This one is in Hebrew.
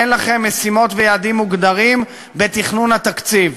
אין לכם משימות ויעדים מוגדרים בתכנון התקציב.